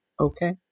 Okay